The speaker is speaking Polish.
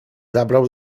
zabrał